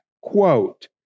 quote